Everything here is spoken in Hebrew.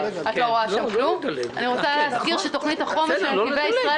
לתוספת שירות.